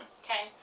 okay